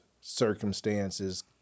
circumstances